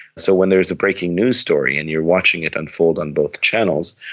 so when there is a breaking news story and you're watching it unfold on both channels,